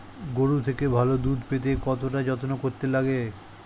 গরুর থেকে ভালো দুধ পেতে কতটা যত্ন করতে লাগে